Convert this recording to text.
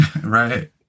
Right